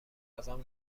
ازم